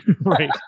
Right